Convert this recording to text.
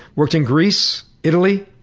worked in greece, italy,